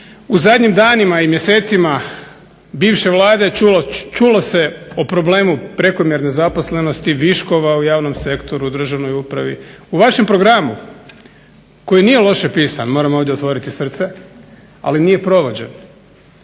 U zadnjim danima i mjesecima bivše Vlade čulo se o problemu prekomjerne zaposlenosti, viškova u javnom sektoru, državnoj upravi. U vašem programu koji nije loše pisan moram ovdje otvoriti srce, ali nije provođen